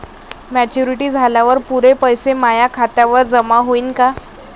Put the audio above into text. Maturity झाल्यावर पुरे पैसे माया खात्यावर जमा होईन का?